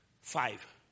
five